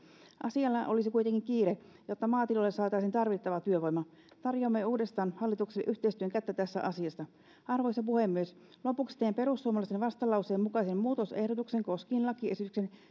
asialla olisi kuitenkin kiire jotta maatiloille saataisiin tarvittava työvoima tarjoamme uudestaan hallitukselle yhteistyön kättä tässä asiassa arvoisa puhemies lopuksi teen perussuomalaisten vastalauseen mukaisen muutosehdotuksen koskien lakiesityksen